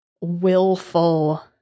willful